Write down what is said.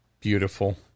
Beautiful